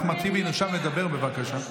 אחמד טיבי נרשם לדבר, בבקשה.